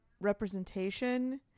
representation